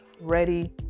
ready